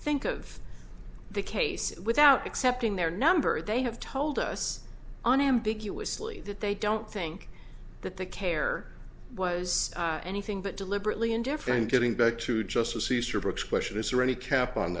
think of the case without accepting their number they have told us on ambiguously that they don't think that the care was anything but deliberately indifferent and getting back to justice easterbrook question is there any cap on